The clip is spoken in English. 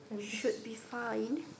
should be fine